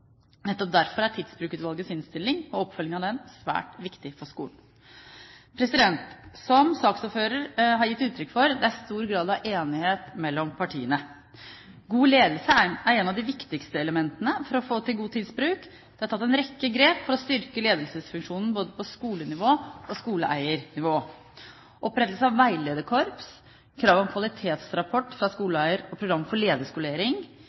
Nettopp derfor er Tidsbrukutvalgets innstilling og oppfølging av den svært viktig for skolen. Som saksordføreren har gitt uttrykk for, er det stor grad av enighet mellom partiene. God ledelse er et av de viktigste elementene for å få til god tidsbruk. Det er tatt en rekke grep for å styrke ledelsesfunksjonen både på skolenivå og på skoleeiernivå. Opprettelse av veilederkorps, krav om kvalitetsrapport fra skoleeier, program for lederskolering,